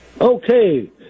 Okay